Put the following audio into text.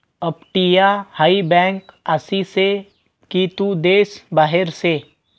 अपटीया हाय बँक आसी से की तू देश बाहेर से